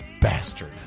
bastard